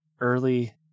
early